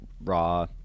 raw